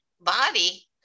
body